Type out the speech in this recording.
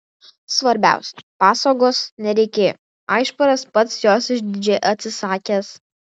svarbiausia pasogos nereikėjo aišparas pats jos išdidžiai atsisakęs